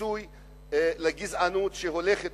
כיסוי לגזענות שהולכת